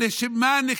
לשם מה הם נכתבו.